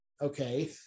Okay